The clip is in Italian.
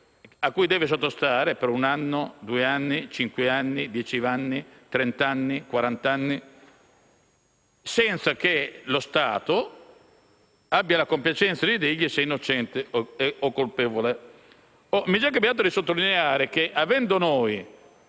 a cui deve sottostare per uno, due, cinque, dieci, trenta o quarant'anni, senza che lo Stato abbia la compiacenza di dirgli se è innocente o colpevole. Mi è già capitato di sottolineare un altro